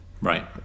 right